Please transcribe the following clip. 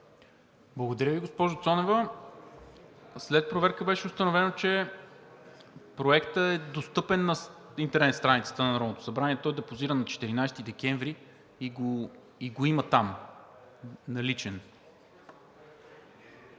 Благодаря Ви, госпожо Цонева. След проверка беше установено, че Проектът е достъпен на интернет страницата на Народното събрание. Той е депозиран на 14 декември и го има там – наличен.